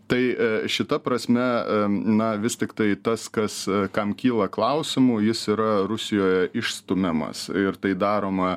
tai šita prasme na vis tiktai tas kas kam kyla klausimų jis yra rusijoje išstumiamas ir tai daroma